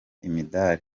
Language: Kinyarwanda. imidari